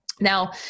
Now